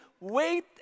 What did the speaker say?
wait